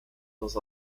dans